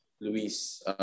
Luis